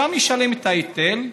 אז ישלם את ההיטל,